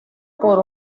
por